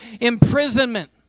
imprisonment